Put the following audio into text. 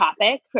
topic